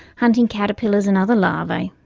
hunting caterpillars and other larvae.